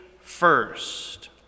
first